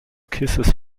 kisses